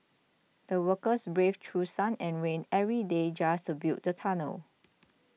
the workers braved through sun and rain every day just to build the tunnel